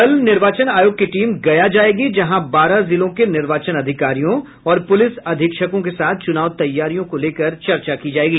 कल निर्वाचन आयोग की टीम गया जायेगी जहां बारह जिलों के निर्वाचन अधिकारियों और पुलिस अधीक्षकों के साथ चुनाव तैयारियों को लेकर चर्चा की जायेगी